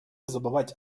забывать